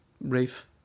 Rafe